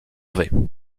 vais